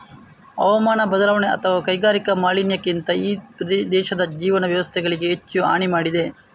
ಹವಾಮಾನ ಬದಲಾವಣೆ ಅಥವಾ ಕೈಗಾರಿಕಾ ಮಾಲಿನ್ಯಕ್ಕಿಂತ ಈ ದೇಶದ ಜೀವನ ವ್ಯವಸ್ಥೆಗಳಿಗೆ ಹೆಚ್ಚು ಹಾನಿ ಮಾಡಿದೆ